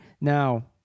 Now